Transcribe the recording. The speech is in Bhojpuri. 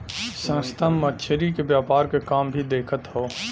संस्था मछरी के व्यापार क काम भी देखत हौ